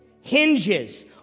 hinges